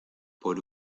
por